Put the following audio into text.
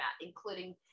including